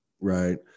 right